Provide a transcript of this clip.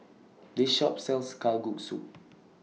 This Shop sells Kalguksu